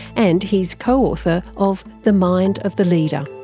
and he's co-author of the mind of the leader.